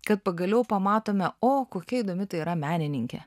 kad pagaliau pamatome o kokia įdomi tai yra menininkė